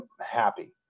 happy